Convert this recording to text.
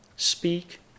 Speak